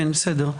כן, בסדר.